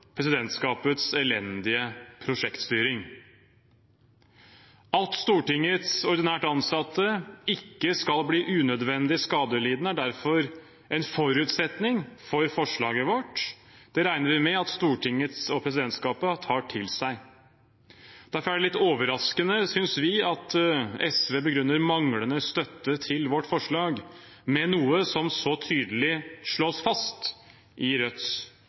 presidentskapets elendige prosjektstyring. At Stortingets ordinært ansatte ikke skal bli unødvendig skadelidende, er derfor en forutsetning for forslaget vårt. Det regner vi med at Stortinget og presidentskapet tar til seg. Derfor er det litt overraskende, syns vi, at SV begrunner manglende støtte til vårt forslag med noe som så tydelig slås fast i Rødts